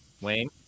Wayne